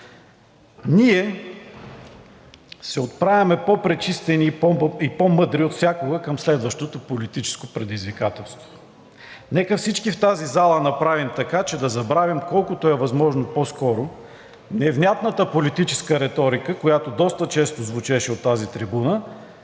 ние се отправяме по-пречистени и по-мъдри отвсякога към следващото политическо предизвикателство. Нека всички в тази зала направим така, че да забравим колкото е възможно по-скоро невнятната политическа реторика, която доста често звучеше от тази трибуна,